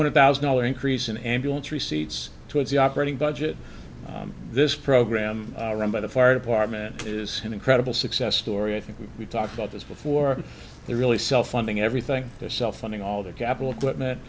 hundred thousand dollar increase in ambulance receipts towards the operating budget this program run by the fire department is an incredible success story i think we talked about this before they really self funding everything their self funding all their capital